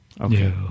Okay